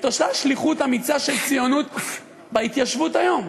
את אותה שליחות אמיצה של ציונות בהתיישבות היום.